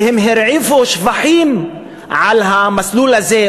והם הרעיפו שבחים על המסלול הזה,